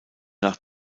nach